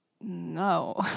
no